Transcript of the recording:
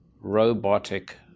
robotic